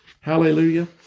Hallelujah